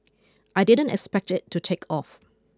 I didn't expect it to take off